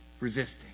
resisting